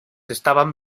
estaban